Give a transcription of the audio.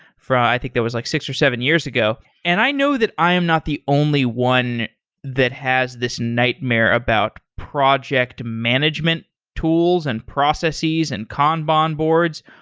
i think that was like six or seven years ago, and i know that i am not the only one that has this nightmare about project management tools and processes and kanban boards.